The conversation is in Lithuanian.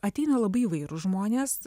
ateina labai įvairūs žmonės